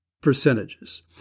percentages